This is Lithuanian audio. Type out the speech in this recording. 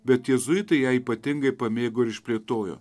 bet jėzuitai ją ypatingai pamėgo ir išplėtojo